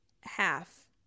Half